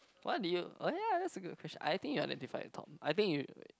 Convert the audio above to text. what do you oh yeah that's a good question I think you identify with Tom I think you